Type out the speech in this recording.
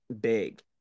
big